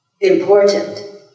important